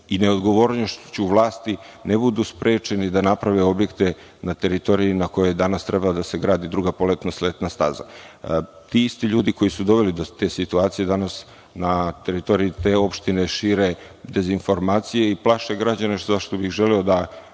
i neodgovornošću vlasti ne budu sprečeni da naprave objekte na teritoriji na kojoj danas treba da se gradi druga poletno-sletna staza. Ti isti ljudi koji su doveli do te situacije danas na teritoriji te opštine šire dezinformacije i plaše građane. Hteo bih da